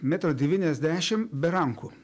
metro devyniasdešimt be rankų